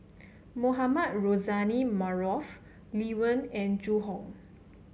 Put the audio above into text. Mohamed Rozani Maarof Lee Wen and Zhu Hong